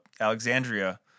Alexandria